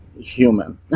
human